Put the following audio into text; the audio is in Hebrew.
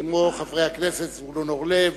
כמו חברי הכנסת זבולון אורלב,